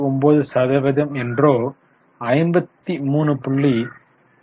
89 சதவீதம் என்றோ 53